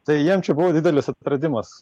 tai jiems čia buvo didelis atradimas